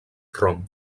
rom